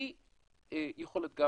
כי יכול להיות גם